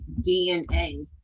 DNA